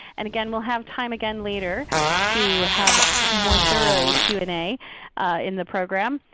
and again, we'll have time again later to have more thorough q and a in the program.